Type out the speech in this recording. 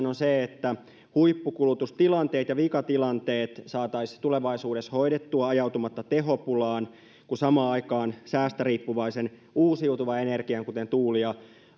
on se että huippukulutustilanteet ja vikatilanteet saataisiin tulevaisuudessa hoidettua ajautumatta tehopulaan kun samaan aikaan säästä riippuvaisen uusiutuvan energian kuten tuuli ja